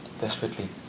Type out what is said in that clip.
desperately